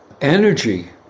energy